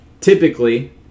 Typically